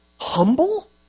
humble